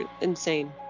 insane